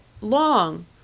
long